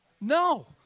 No